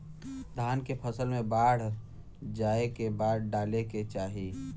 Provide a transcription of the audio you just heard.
धान के फ़सल मे बाढ़ जाऐं के बाद का डाले के चाही?